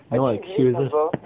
then 我踢一直